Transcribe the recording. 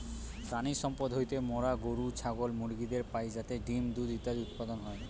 প্রাণিসম্পদ হইতে মোরা গরু, ছাগল, মুরগিদের পাই যাতে ডিম্, দুধ ইত্যাদি উৎপাদন হয়